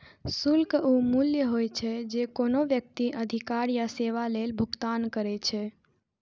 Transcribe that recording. शुल्क ऊ मूल्य होइ छै, जे कोनो व्यक्ति अधिकार या सेवा लेल भुगतान करै छै